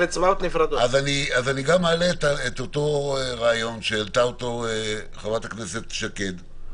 אני אעלה את הרעיון שהעלתה חברת הכנסת שקד.